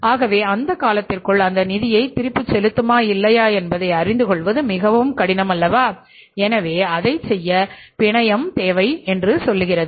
ஆகவே அந்தக் காலத்திற்குள் அந்த நிதியைத் திருப்பிச் செலுத்துமா இல்லையா என்பதை அறிந்து கொள்வது மிகவும் கடினம் அல்லவா எனவே அதைச் செய்ய பிணையின் தேவை உள்ளது